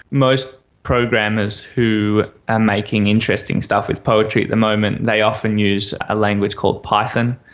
most programmers who are making interesting stuff with poetry at the moment, they often use a language called python.